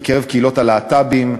בקרב קהילות הלהט"בים,